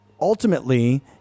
ultimately